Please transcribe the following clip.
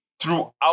throughout